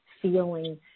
feeling